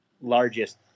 largest